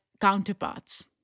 counterparts